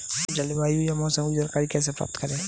जलवायु या मौसम की जानकारी कैसे प्राप्त करें?